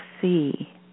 see